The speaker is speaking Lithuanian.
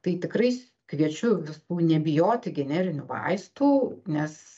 tai tikrai s kviečiu visų nebijoti generinių vaistų nes